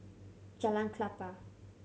Jalan Klapa